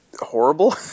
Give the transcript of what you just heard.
horrible